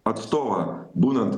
atstovą būnant